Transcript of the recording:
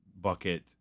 bucket